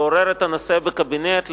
לעורר את הנושא בקבינט,